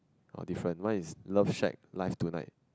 oh different mine is love shack live tonight